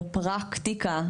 בפרקטיקה,